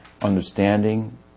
understanding